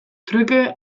truke